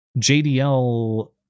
JDL